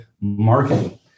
marketing